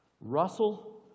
Russell